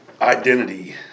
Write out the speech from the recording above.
Identity